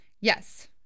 Yes